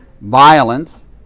violence